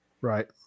right